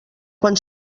quan